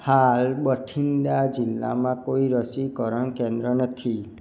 હાલ બઠીંડા જિલ્લામાં કોઈ રસીકરણ કેન્દ્ર નથી